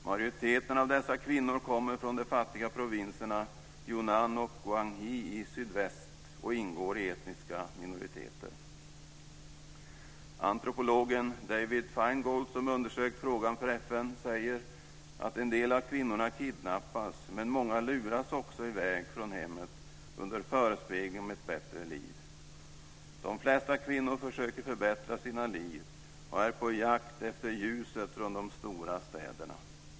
Majoriteten av dessa kvinnor kommer från de fattiga provinserna Yunnan och Guangxi i sydväst och ingår i etniska minoriteter. Antropologen David Feingold, som undersökt frågan för FN, säger att en del av kvinnorna kidnappas, men många luras också i väg från hemmet under förespegling om ett bättre liv. De flesta kvinnor försöker förbättra sina liv och är på jakt efter ljuset från de stora städerna.